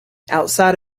outside